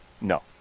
no